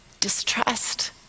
distrust